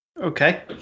Okay